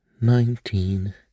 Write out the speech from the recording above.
Nineteen